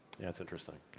yeah is interesting.